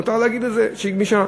מותר להגיד את זה, שהיא גמישה.